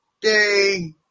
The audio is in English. day